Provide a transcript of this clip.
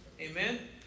Amen